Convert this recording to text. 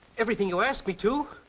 everything you asked me to.